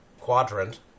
quadrant